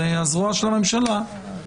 זאת הזרוע של הממשלה,